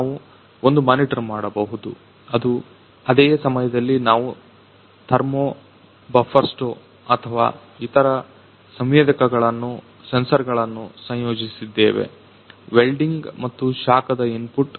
ನಾವು ಒಂದು ಮಾನಿಟರ್ ಮಾಡಬಹುದು ಮತ್ತು ಅದೇ ಸಮಯದಲ್ಲಿ ನಾವು ಥರ್ಮೋ ಬಫರ್ಸ್ಟೊ ಅಥವಾ ಇತರ ಸಂವೇದಕಗಳನ್ನು ಸಂಯೋಜಿಸಿದ್ದೇವೆ ವೆಲ್ಡಿಂಗ್ ಮತ್ತು ಶಾಖದ ಇನ್ಪುಟ್